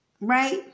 right